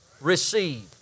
receive